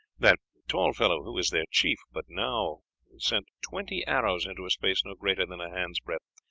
that tall fellow, who is their chief, but now sent twenty arrows into a space no greater than a hand's-breadth,